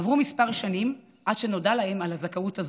עברו כמה שנים עד שנודע להם על הזכאות הזאת,